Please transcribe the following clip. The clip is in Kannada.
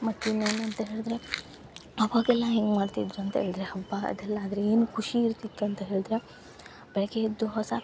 ಮತ್ತೆ ಇನ್ನೇನು ಅಂತ ಹೇಳಿದರೆ ಅವಾಗೆಲ್ಲ ಹೆಂಗೆ ಮಾಡ್ತಿದ್ದರು ಅಂತ ಹೇಳಿದರೆ ಹಬ್ಬ ಅದೆಲ್ಲ ಆದರೆ ಏನು ಖುಷಿ ಇರ್ತಿತ್ತು ಅಂತ ಹೇಳಿದರೆ ಬೆಳಗ್ಗೆ ಎದ್ದು ಹೊಸ